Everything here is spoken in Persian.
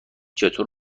چطور